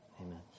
Amen